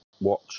watch